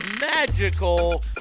magical